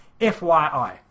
FYI